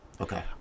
okay